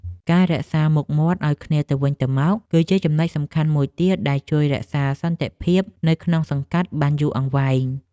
ការរក្សាមុខមាត់ឱ្យគ្នាទៅវិញទៅមក គឺជាចំណុចសំខាន់មួយទៀតដែលជួយរក្សាសន្តិភាពនៅក្នុងសង្កាត់បានយូរអង្វែង។